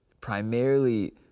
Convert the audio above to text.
primarily